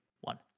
one